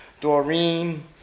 Doreen